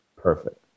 Perfect